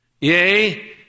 Yea